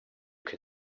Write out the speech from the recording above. can